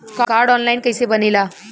Card online कइसे बनेला?